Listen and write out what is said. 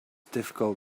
difficult